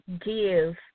give